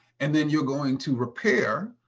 and then you're going to repair.